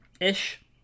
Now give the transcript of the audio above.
ish